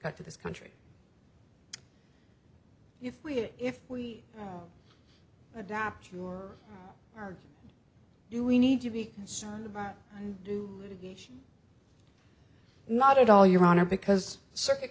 got to this country if we if we adapt your you we need to be concerned about do you not at all your honor because circuit